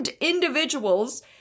individuals